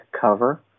cover